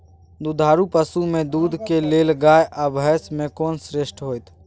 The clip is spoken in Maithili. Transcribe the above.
दुधारू पसु में दूध के लेल गाय आ भैंस में कोन श्रेष्ठ होयत?